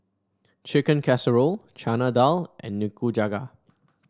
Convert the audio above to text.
Chicken Casserole Chana Dal and Nikujaga